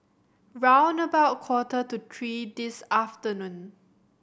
round about quarter to three this afternoon